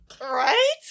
Right